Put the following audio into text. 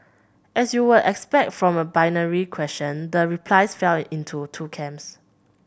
as you would expect from a binary question the replies fell into two camps